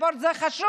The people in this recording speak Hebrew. ספורט זה חשוב,